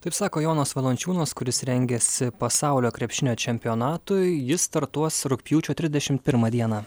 taip sako jonas valančiūnas kuris rengiasi pasaulio krepšinio čempionatui jis startuos rugpjūčio trisdešimt pirmą dieną